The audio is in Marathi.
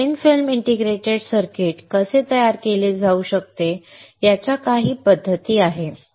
तर थिन फिल्म इंटिग्रेटेड सर्किट कसे तयार केले जाऊ शकते याच्या या काही पद्धती आहेत